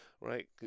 right